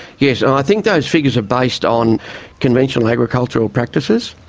yes, and i think those figures are based on conventional agricultural practices.